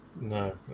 No